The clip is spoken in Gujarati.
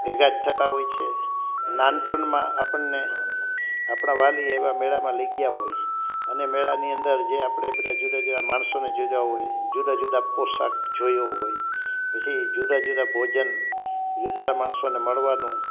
ભેગાજ થતાં હોય છે નાનપણમાં આપણને આપણા વાલી એવા મેળામાં લઈ ગયા હોય અને મેળાની અંદર જે આપણે બધા જુદા જુદા માણસોને જોતાં હોઈએ જુદા જુદા પોશાક જોયો હોય પછી જુદા જુદા ભોજન જુદા માણસોને મળવાનું